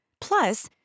Plus